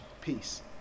Peace